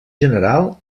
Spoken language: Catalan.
general